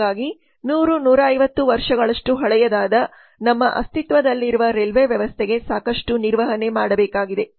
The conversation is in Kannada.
ಹಾಗಾಗಿ 100 150 ವರ್ಷಗಳಷ್ಟು ಹಳೆಯದಾದ ನಮ್ಮ ಅಸ್ತಿತ್ವದಲ್ಲಿರುವ ರೈಲ್ವೆ ವ್ಯವಸ್ಥೆಗೆ ಸಾಕಷ್ಟು ನಿರ್ವಹಣೆ ಮಾಡಬೇಕಾಗಿದೆ